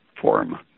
form